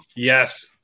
Yes